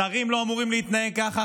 שרים לא אמורים להתנהג ככה,